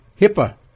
HIPAA